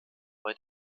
bei